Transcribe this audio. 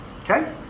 Okay